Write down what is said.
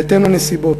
בהתאם לנסיבות.